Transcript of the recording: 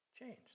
changed